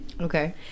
okay